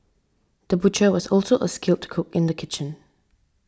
the butcher was also a skilled cook in the kitchen